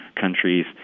countries